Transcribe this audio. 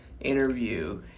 interview